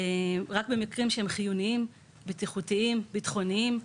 רק במקרים שהם חיוניים, בטיחותיים, ביטחוניים,